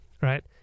right